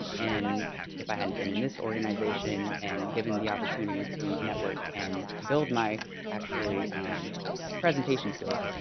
and if i hadn't been in this organization and given the opportunity to network and build my actually on presentation skills,